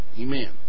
Amen